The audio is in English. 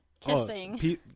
kissing